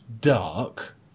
dark